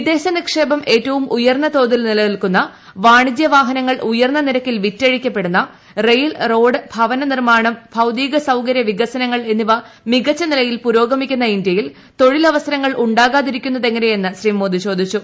വിദേശ നിക്ഷേപം ഏറ്റ്പ്പൂർ ഉയർന്ന തോതിൽ നിലനിൽക്കുന്ന വാണിജ്യ വാഹനങ്ങൾ ് ഉയർന്ന നിരക്കിൽ വിറ്റഴിക്കപ്പെടുന്ന റെയിൽ റോഡ് ഭവന നിർമാണം ഭൌതിക സൌകര്യവികസനങ്ങൾ എന്നിവ മികച്ച നിലയിൽ പുരോഗമിക്കുന്ന ഇന്ത്യയിൽ തൊഴിലവസരങ്ങൾ ഉണ്ടാകാതിരിക്കുന്നതെങ്ങനെയെന്ന് ശ്രീ മോദി ചോദിച്ചു